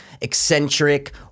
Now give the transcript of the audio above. eccentric